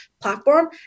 platform